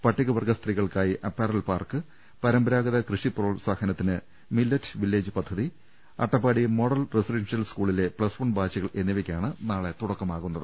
പട്ടികവർഗ സ്ത്രീകൾക്കായി apparel park പരമ്പരാഗത കൃഷി പ്രോത്സാഹനത്തിന് മില്ലറ്റ് വില്ലേജ് പദ്ധതി അട്ടപ്പാടി മോഡൽ റസിഡൻഷ്യൽ സ്കൂളിലെ പ്ലസ് വൺ ബാച്ചുകൾ എന്നിവയ്ക്കാണ് നാളെ തുടക്കമാ വുന്നത്